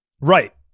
Right